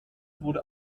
wurde